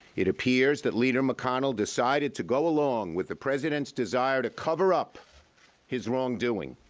it appears that leader mcconnell decided to go along with the presidents desire to cover up his wrongdoing.